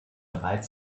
bereit